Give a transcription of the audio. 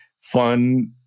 fun